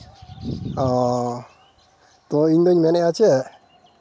ᱚᱻ ᱛᱳ ᱤᱧᱫᱩᱧ ᱢᱮᱱᱮᱫᱼᱟ ᱪᱮᱫ